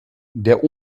der